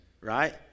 right